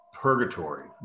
purgatory